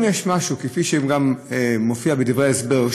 כפי שגם מופיע בדברי ההסבר,